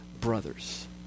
brothers